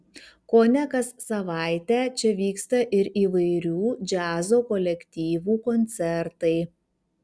kone kas savaitę čia vyksta ir įvairių džiazo kolektyvų koncertai